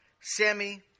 Sammy